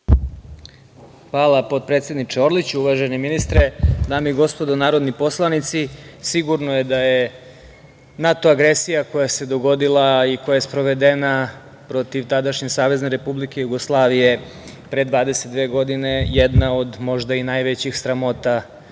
Hvala potpredsedniče Orliću. Uvaženi ministre, dame i gospodo narodni poslanici, sigurno je da je NATO agresija koja se dogodila i koja je sprovedena protiv tadašnje SRJ pre 22 godine jedna od možda i najvećih sramota